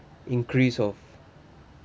increase of